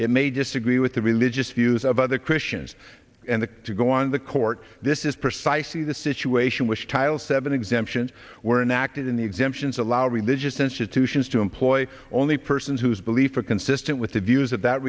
it may disagree with the religious views of other christians and a to go on the court this is precisely the situation which tiles seven exemptions were enacted in the exemptions allow religious institutions to employ only persons whose beliefs are consistent with the views